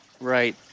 right